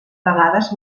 vegades